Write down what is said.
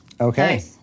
Okay